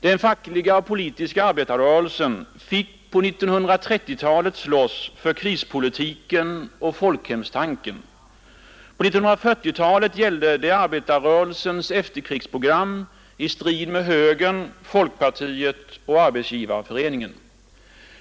Den fackliga och politiska arbetarrörelsen fick på 1930-talet slåss för krispolitiken och folkhemstanken. På 1940-talet gällde det arbetarrörelsens efterkrigsprogram i strid med högern, folkpartiet och Arbetsgivareföreningen.